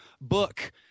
book